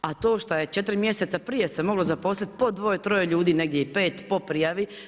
A to što je 4 mjeseca prije se moglo zaposliti po 2, 3 ljudi, negdje i 5 po prijavi.